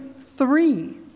three